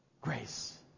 Grace